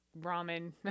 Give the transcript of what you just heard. ramen